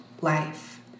life